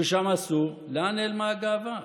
ששם אסור, לאן נעלמה הגאווה?